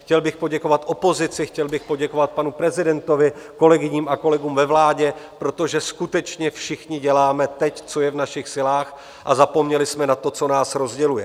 Chtěl bych poděkovat opozici, chtěl bych poděkovat panu prezidentovi, kolegyním a kolegům ve vládě, protože skutečně všichni teď děláme, co je v našich silách, a zapomněli jsme na to, co nás rozděluje.